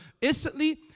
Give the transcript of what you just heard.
instantly